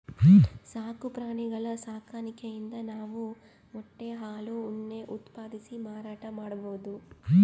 ಸಾಕು ಪ್ರಾಣಿಗಳ್ ಸಾಕಾಣಿಕೆಯಿಂದ್ ನಾವ್ ಮೊಟ್ಟೆ ಹಾಲ್ ಉಣ್ಣೆ ಉತ್ಪಾದಿಸಿ ಮಾರಾಟ್ ಮಾಡ್ಬಹುದ್